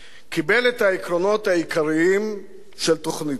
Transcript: קיבל את העקרונות העיקריים של תוכניתי,